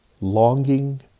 longing